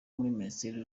minisiteri